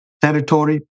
territory